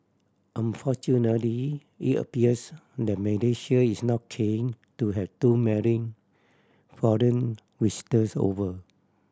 unfortunately it appears that Malaysia is not keen to have too many foreign visitors over